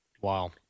Wow